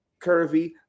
curvy